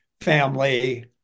family